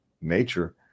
nature